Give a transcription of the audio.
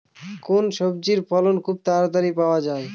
কোন সবজির ফলন খুব তাড়াতাড়ি পাওয়া যায়?